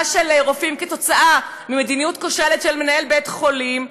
של רופאים כתוצאה ממדיניות כושלת של מנהל בית-החולים,